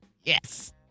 Yes